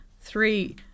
three